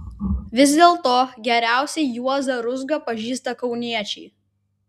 vis dėlto geriausiai juozą ruzgą pažįsta kauniečiai